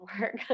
work